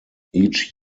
each